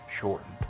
shortened